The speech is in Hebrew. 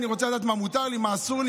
אני רוצה לדעת מה מותר לי, מה אסור לי.